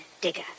digger